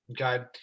Okay